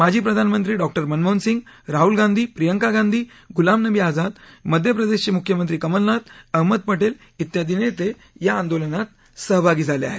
माजी प्रधानमंत्री डॉक्टर मनमोहन सिंग राहुल गांधी प्रियंका गांधी गुलाम नबी आझाद मध्य प्रदेशाचे मुख्यमंत्री कमलनाथ अहमद पटेल त्यादी नेते या आंदोलनात सहभागी झाले आहेत